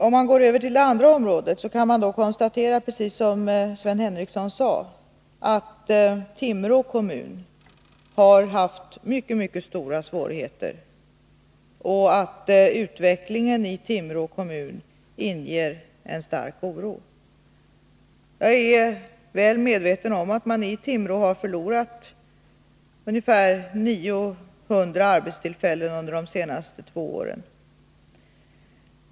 Om man går över till det andra området kan man konstatera, precis som Sven Henricsson sade, att Timrå kommun har haft mycket stora svårigheter och att utvecklingen i Timrå kommun inger stark oro. Jag är väl medveten om att man i Timrå har förlorat ungefär 900 arbetstillfällen under de senaste två åren.